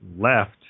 left